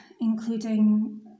including